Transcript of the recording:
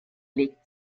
legt